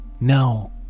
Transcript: No